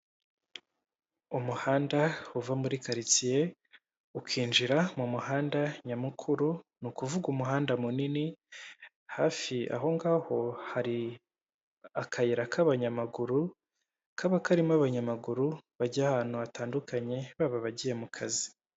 umuhanda uva muri karitsiye ukinjira mu muhanda nyamukuru; ni ukuvuga umuhanda munini. Hafi aho ngaho hari akayira k'abanyamaguru kaba karimo abanyamaguru bajya ahantu hatandukanye baba abagiye mu kazi.